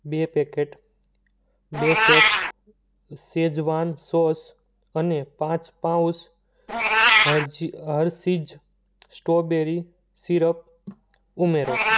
બે packet Bechef Schezwan sauce અને પાંચ પાઉચ હર્શિઝ સ્ટ્રોબેરી સીરપ ઉમેરો